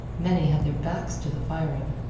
many had their backs to the firing.